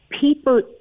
People